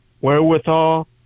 wherewithal